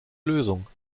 lösung